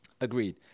Agreed